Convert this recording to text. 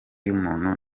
y’umuntu